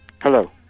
Hello